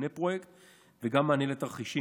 מבנה פרויקט וגם מענה לתרחישים.